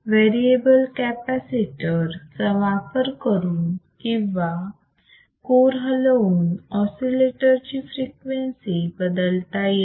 variable capacitor चा वापर करून किंवा कोर हलवून ऑसिलेटर ची फ्रिक्वेन्सी बदलता येते